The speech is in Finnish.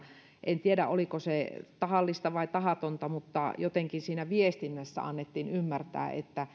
en tiedä oliko se tahallista vai tahatonta mutta jotenkin siinä viestinnässä annettiin ymmärtää että